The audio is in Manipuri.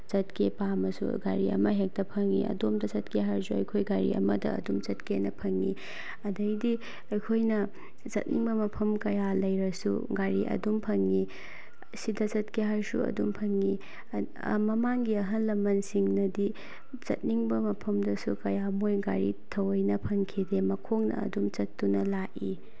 ꯆꯠꯀꯦ ꯄꯥꯝꯃꯁꯨ ꯒꯥꯔꯤ ꯑꯃ ꯍꯦꯛꯇ ꯐꯪꯉꯤ ꯑꯗꯣꯝꯗ ꯆꯠꯀꯦ ꯍꯥꯏꯔꯁꯨ ꯑꯩꯈꯣꯏ ꯒꯥꯔꯤ ꯑꯃꯗ ꯑꯗꯨꯝ ꯆꯠꯀꯦꯅ ꯐꯪꯉꯤ ꯑꯗꯒꯤꯗꯤ ꯑꯩꯈꯣꯏꯅ ꯆꯠꯅꯤꯡꯕ ꯃꯐꯝ ꯀꯌꯥ ꯂꯩꯔꯁꯨ ꯒꯥꯔꯤ ꯑꯗꯨꯝ ꯐꯪꯉꯤ ꯁꯤꯗ ꯆꯠꯀꯦ ꯍꯥꯏꯔꯁꯨ ꯑꯗꯨꯝ ꯐꯪꯉꯤ ꯃꯃꯥꯡꯒꯤ ꯑꯍꯜ ꯂꯃꯟꯁꯤꯡꯅꯗꯤ ꯆꯠꯅꯤꯡꯕ ꯃꯐꯝꯗ ꯀꯌꯥ ꯃꯣꯏ ꯒꯥꯔꯤ ꯊꯑꯣꯏꯅ ꯐꯪꯈꯤꯗꯦ ꯃꯈꯣꯡꯅ ꯑꯗꯨꯝ ꯆꯠꯇꯨꯅ ꯂꯥꯛꯏ